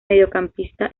mediocampista